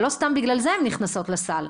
ובגלל זה הן נכנסות לסל.